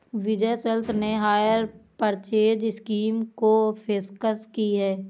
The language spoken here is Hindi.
विजय सेल्स ने हायर परचेज स्कीम की पेशकश की हैं